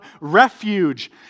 refuge